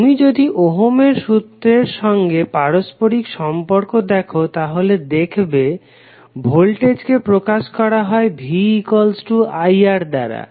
তুমি যদি ওহমের সূত্রের সঙ্গে পারস্পরিক সম্পর্ক দেখো তাহলে দেখবে ভোল্টেজকে প্রকাশ করা হয় viR দ্বারা